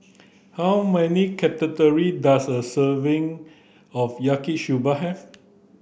how many does a serving of Yaki Soba have